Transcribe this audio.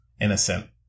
innocent